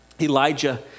Elijah